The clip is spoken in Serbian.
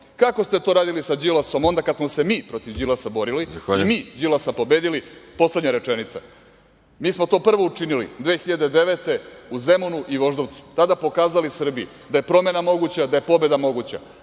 Kako ste to radili sa Đilasom onda kada smo se mi protiv Đilasa borili i mi Đilasa pobedili…(Predsedavajući: Zahvaljujem.)Poslednja rečenica. Mi smo to prvo učinili 2009. godine u Zemunu i Voždovcu i tada pokazali Srbiji da je promena moguća, da je pobeda moguća.